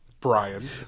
Brian